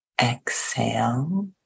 exhale